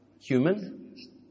human